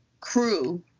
crew